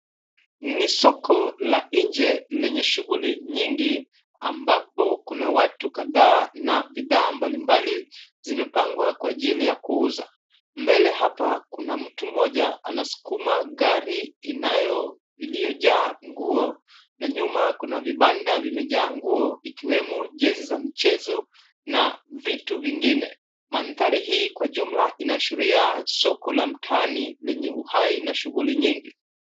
Ni soko la nje lenye shughuli nyingi ambapo kuna watu kadhaa na bidhaa mbalimbali zimepangwa kwa ajili ya kuuza. Mbele hapa kuna mtu mmoja anasukuma gari iliyojaa nguo na nyuma kuna vibanda vimejaa nguo ikiwemo jezi za michezo na vitu vingine. Mandhari hii kwa jumla inaashiria soko la mtaani lenye uhai na shughuli nyingi.